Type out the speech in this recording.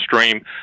stream